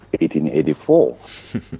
1884